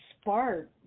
spark